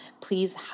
Please